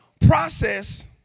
process